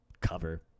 cover